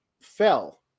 fell